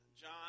John